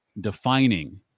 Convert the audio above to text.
defining